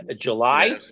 July